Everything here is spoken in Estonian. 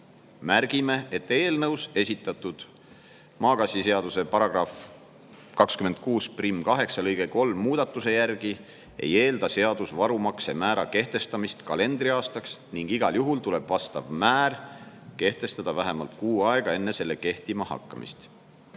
Märgime, et eelnõus esitatud MGS § 268lg 3 muudatuse järgi ei eelda seadus varumakse määra kehtestamist kalendriaastaks ning igal juhul tuleb vastav määr kehtestada vähemalt kuu aega enne selle kehtima hakkamist